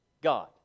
God